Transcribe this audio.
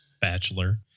bachelor